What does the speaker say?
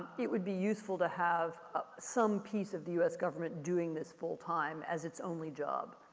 it would be useful to have some piece of the us government doing this full time as its only job.